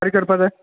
फारीक करपाक जाय